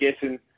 guessing